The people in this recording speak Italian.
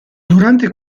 durante